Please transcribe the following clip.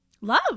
love